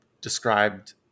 described